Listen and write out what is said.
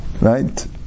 Right